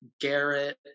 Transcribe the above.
Garrett